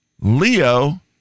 Leo